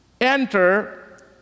enter